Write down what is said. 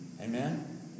Amen